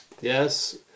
Yes